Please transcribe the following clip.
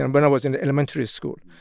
and when i was in elementary school.